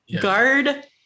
guard